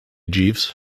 jeeves